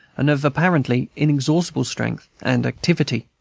and of apparently inexhaustible strength and activity.